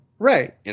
Right